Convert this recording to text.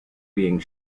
being